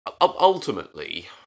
ultimately